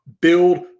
build